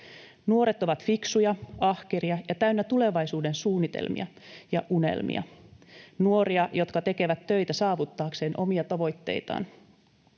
Nuoret ovat fiksuja, ahkeria ja täynnä tulevaisuudensuunnitelmia ja unelmia, nuoria, jotka tekevät töitä saavuttaakseen omia tavoitteitaan.